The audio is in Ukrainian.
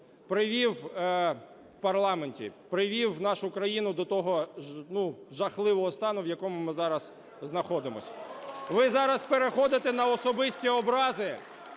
дискусії в парламенті привів нашу країну до того жахливого стану, в якому ми зараз знаходимось. Ви зараз переходите на особисті образи,